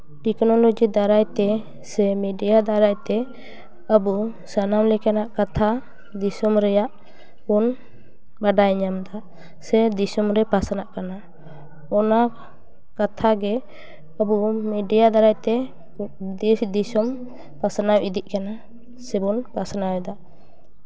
technology ᱫᱟᱨᱟᱭ ᱛᱮ ᱥᱮ ᱢᱤᱰᱤᱭᱟ ᱫᱟᱨᱟᱭ ᱛᱮ ᱟᱵᱚ ᱥᱟᱱᱟᱢ ᱞᱮᱠᱟᱱᱟᱜ ᱠᱟᱛᱷᱟ ᱫᱤᱥᱚᱢ ᱨᱮᱭᱟᱜ ᱵᱚᱱ ᱵᱟᱰᱟᱭ ᱧᱟᱢᱮᱫᱟ ᱥᱮ ᱫᱤᱥᱚᱢ ᱨᱮ ᱯᱟᱥᱱᱟᱜ ᱠᱟᱱᱟ ᱚᱱᱟ ᱠᱟᱛᱷᱟ ᱜᱮ ᱟᱵᱚ ᱵᱚᱱ ᱢᱤᱰᱤᱭᱟ ᱫᱟᱨᱟᱭ ᱛᱮ ᱫᱮᱥ ᱫᱤᱥᱚᱢ ᱯᱟᱥᱱᱟᱣ ᱤᱫᱤᱜ ᱠᱟᱱᱟ ᱥᱮᱵᱚᱱ ᱯᱟᱥᱱᱟᱣ ᱮᱫᱟ